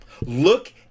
Look